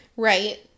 right